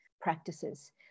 practices